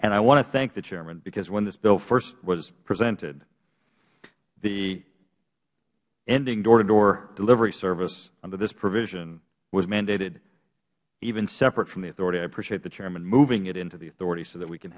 and i want to thank the chairman because when this bill first was presented the ending door to door delivery service under this provision was mandated even separate from the authority i appreciate the chairman moving it into the authority so that we can